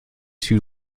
too